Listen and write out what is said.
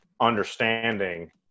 understanding